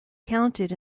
counted